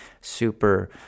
super